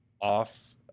Off